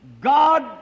God